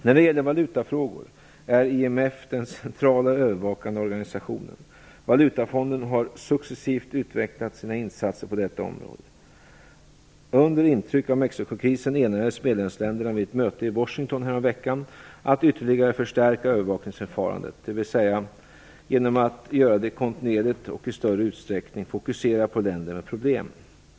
När det gäller valutafrågor är IMF den centrala övervakande organisationen. Valutafonden har successivt utvecklat sina insatser på detta område. Under intryck av Mexicokrisen enades medlemsländerna vid ett möte i Washington häromveckan om att ytterligare förstärka övervakningsförfarandet, bl.a. genom att göra det kontinuerligt och i större utsträckning fokusera på länder med problem.